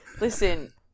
listen